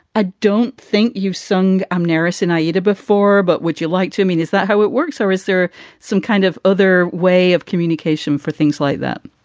ah don't think you've sung i'm nerisse in aida before, but would you like to me? is that how it works or is there some kind of other way of communication for things like that?